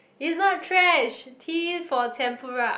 it's not trash T for tempura